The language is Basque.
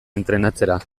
entrenatzera